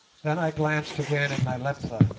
then i glanced again at nyleptha,